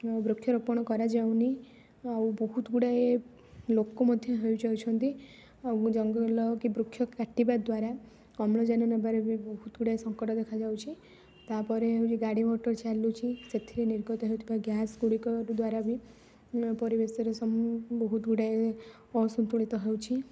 ବୃକ୍ଷରୋପଣ କରାଯାଉନି ଆଉ ବହୁତ ଗୁଡ଼ାଏ ଲୋକ ମଧ୍ୟ ହୋଇଯାଉଛନ୍ତି ଆଉ ଜଙ୍ଗଲ କି ବୃକ୍ଷ କାଟିବା ଦ୍ୱାରା ଅମ୍ଳଜାନ ନେବାରେ ବି ବହୁତ ଗୁଡ଼ାଏ ସଙ୍କଟ ମଧ୍ୟ ଦେଖାଯାଉଛି ତା'ପରେ ଗାଡ଼ିମଟର ଚାଲୁଛି ସେଥିରେ ନିର୍ଗତ ହେଉଥିବା ଗ୍ୟାସଗୁଡ଼ିକ ଦ୍ୱାରା ବି ପରିବେଶରେ ବହୁତ ଗୁଡ଼ାଏ ଅସନ୍ତୁଳିତ ହେଉଛି